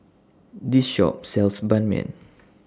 This Shop sells Ban Mian